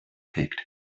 picked